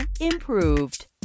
improved